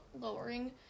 lowering